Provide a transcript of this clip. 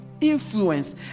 Influence